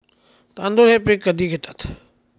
तांदूळ हे पीक कधी घेतात?